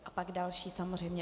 A pak další, samozřejmě.